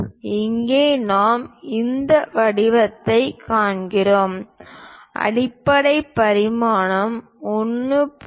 இங்கே நாம் இந்த வடிவத்தைக் காண்கிறோம் அடிப்படை பரிமாணமாக 1